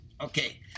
Okay